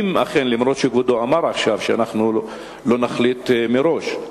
אם אכן, אף שכבודו אמר עכשיו שלא נחליט מראש,